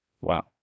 Wow